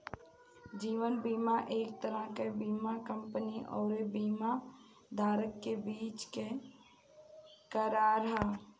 जीवन बीमा एक तरह के बीमा कंपनी अउरी बीमा धारक के बीच के करार ह